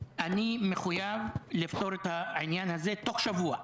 אני מחויב לפתור את העניין הזה בתוך שבוע.